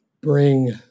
bring